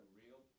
real